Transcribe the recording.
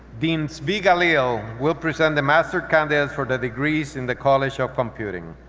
dean zvi gallil will present the master candidates for the degrees in the college of computing.